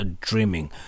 dreaming